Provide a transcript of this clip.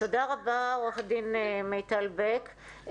תודה רבה, עורכת דין מיטל בק.